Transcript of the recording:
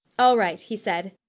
all right, he said.